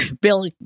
Bill